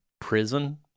prison